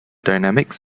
dynamics